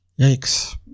yikes